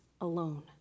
alone